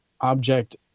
Object